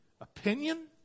opinion